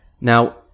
now